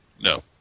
No